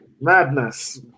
madness